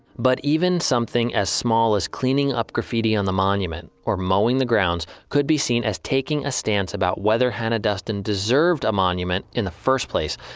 but even as small as cleaning up graffiti on the monument or mowing the grounds could be seen as taking a stance about whether hannah duston deserved a monument in the first place.